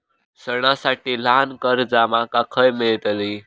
सणांसाठी ल्हान कर्जा माका खय मेळतली?